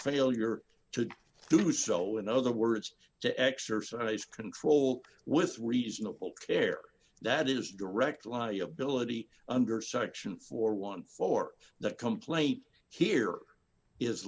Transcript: failure to do so in other words to exercise control with reasonable care that is direct liability under section forty one for the complaint here is